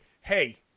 hey